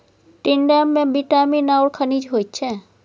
टिंडामे विटामिन आओर खनिज होइत छै